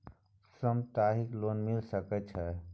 सप्ताहिक लोन मिल सके छै?